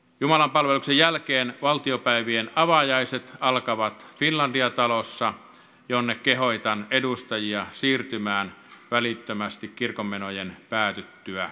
jumalanpalveluksen jälkeen valtiopäivien avajaiset alkavat finlandia talossa jonne kehotan edustajia siirtymään välittömästi kirkonmenojen päätyttyä